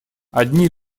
одни